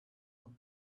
but